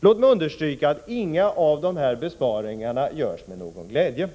Låt mig understryka att inga av dessa besparingar görs med någon glädje.